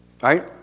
right